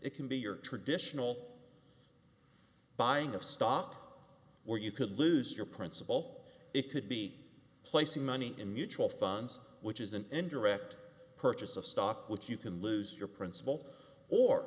it can be your traditional buying of stop or you could lose your principal it could be placing money in mutual funds which is an indirect purchase of stock what you can lose your principal or